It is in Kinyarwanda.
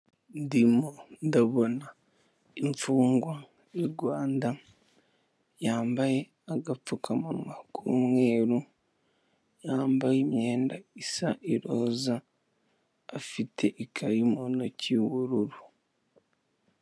Ndimo ndabona imfungwa y'u Rwanda yambaye agapfukamunwa k'umweru, yambaye imyenda isa iroza, afite ikayi mu ntoki y'ubururu.